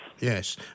Yes